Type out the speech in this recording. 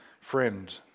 friend